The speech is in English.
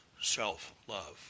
self-love